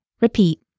repeat